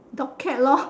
dog cat lor